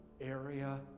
area